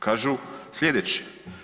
Kažu slijedeće.